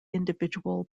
individual